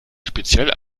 speziell